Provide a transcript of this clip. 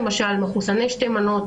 מחוסני שתי מנות,